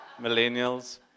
millennials